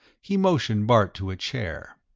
he motioned bart to a chair.